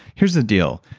here's the deal.